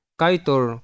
kaitor